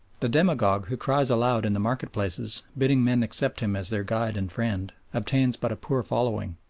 the demagogue who cries aloud in the market-places, bidding men accept him as their guide and friend, obtains but a poor following.